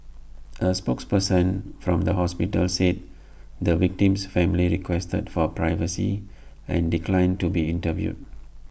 A spokesperson from the hospital said the victim's family requested for privacy and declined to be interviewed